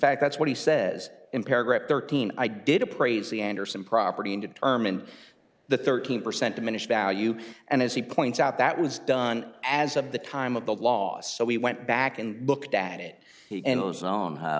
fact that's what he says in paragraph thirteen i did appraise the andersen property and determined the thirteen percent diminished value and as he points out that was done as of the time of the loss so we went back and looked at it and it was known h